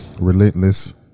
relentless